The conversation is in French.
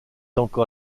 encore